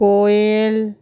কোয়েল